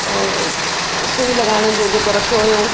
ऐं सुई लॻाइण जो जेको रखियो हुयऊं